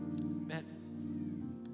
amen